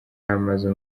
amaze